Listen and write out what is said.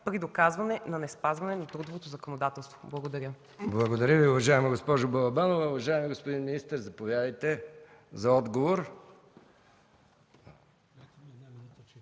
при доказване на неспазване на трудовото законодателство? Благодаря.